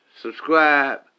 subscribe